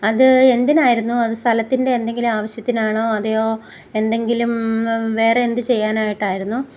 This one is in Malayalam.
അത് എന്തിനായിരുന്നു അത് സ്ഥലത്തിൻ്റെ എന്തെങ്കിലും ആവശ്യത്തിനാണോ അതെയോ എന്തെങ്കിലും വേറെ എന്ത് ചെയ്യാനായിട്ടായിരുന്നു